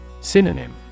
Synonym